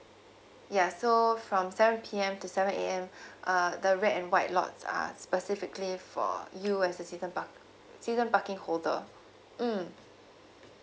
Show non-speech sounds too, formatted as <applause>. ya so from seven P_M to seven A_M <breath> uh the red and white lots are specifically for you as a season park~ season parking holder mm